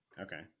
Okay